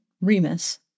Remus